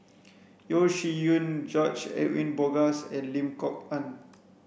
Yeo Shih Yun George Edwin Bogaars and Lim Kok Ann